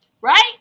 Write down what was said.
Right